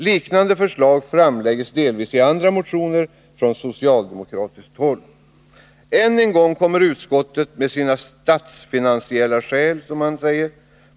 Liknande förslag framläggs delvis i andra motioner från socialdemokratiskt håll. Än en gång kommer utskottet med sina ”statsfinansiella skäl”.